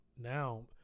now